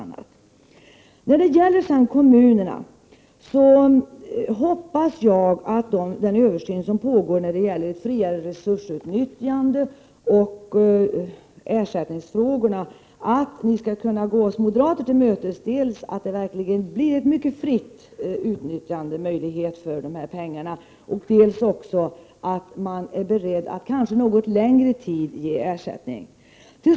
När det sedan gäller kommunerna hoppas jag att man i den översyn som pågår av det fria resursutnyttjandet och ersättningsfrågorna skall kunna gå oss moderater till mötes dels så att kommunerna får en möjlighet att utnyttja de här pengarna mycket fritt, dels så att staten är beredd att ge ersättning under kanske något längre tid.